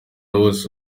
bose